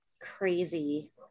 crazy